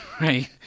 right